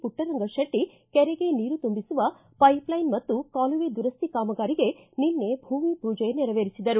ಪುಟ್ವರಂಗಶೆಟ್ಟ ಕೆರೆಗೆ ನೀರು ತುಂಬಿಸುವ ಪೈಪ್ಲೈನ್ ಮತ್ತು ಕಾಲುವೆ ದುರಸ್ತಿ ಕಾಮಗಾರಿಗೆ ನಿನ್ನೆ ಭೂಮಿ ಪೂಜೆ ನೆರವೇರಿಸಿದರು